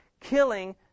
killing